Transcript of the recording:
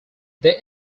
they